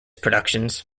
productions